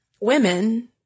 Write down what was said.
women